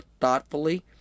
thoughtfully